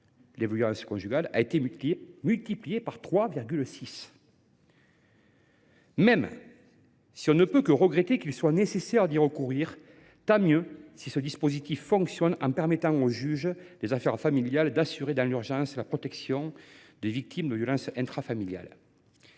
violences conjugales a été multiplié par 3,6 entre 2011 et 2021. Si l’on ne peut que regretter qu’il soit nécessaire d’y recourir, tant mieux si ce dispositif fonctionne, car il permet aux juges aux affaires familiales d’assurer dans l’urgence la protection des victimes de violences intrafamiliales.